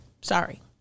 sorry